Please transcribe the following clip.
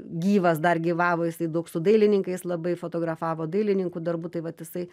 gyvas dar gyvavo jisai daug su dailininkais labai fotografavo dailininkų darbų tai vat jisai